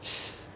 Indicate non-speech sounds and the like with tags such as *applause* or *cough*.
*laughs*